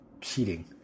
cheating